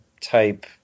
type